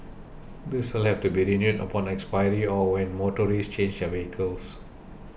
this will have to be renewed upon expiry or when motorists change their vehicles